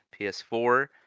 PS4